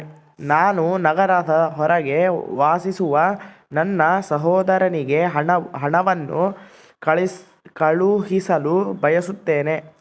ನಾನು ನಗರದ ಹೊರಗೆ ವಾಸಿಸುವ ನನ್ನ ಸಹೋದರನಿಗೆ ಹಣವನ್ನು ಕಳುಹಿಸಲು ಬಯಸುತ್ತೇನೆ